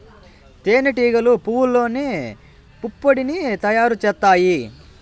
తేనె టీగలు పువ్వల్లోని పుప్పొడిని తయారు చేత్తాయి